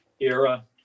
era